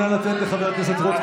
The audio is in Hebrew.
נא לתת לו לסיים.